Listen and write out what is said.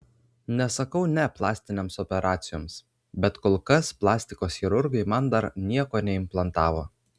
nesakau ne plastinėms operacijoms bet kol kas plastikos chirurgai man dar nieko neimplantavo